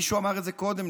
מישהו אמר את זה קודם,